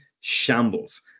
shambles